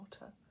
water